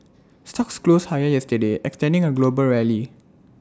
stocks closed higher yesterday extending A global rally